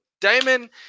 Damon